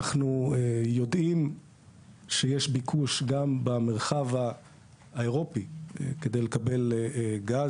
אנחנו יודעים שיש ביקוש גם במרחב האירופי כדי לקבל גז.